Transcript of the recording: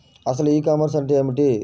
అసలు e commerce అంటే ఏమిటి?